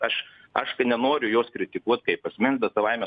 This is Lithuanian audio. aš aišku nenoriu jos kritikuot kaip asmens bet savaime